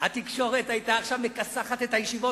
התקשורת היתה עכשיו מכסחת את הישיבות,